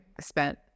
spent